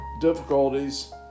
difficulties